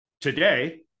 today